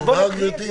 יובהר, גברתי.